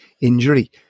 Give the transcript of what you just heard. injury